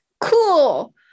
Cool